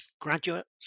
graduates